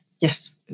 Yes